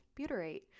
butyrate